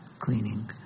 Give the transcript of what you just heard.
cleaning